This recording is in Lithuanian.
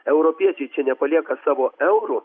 europiečiai čia nepalieka savo eurų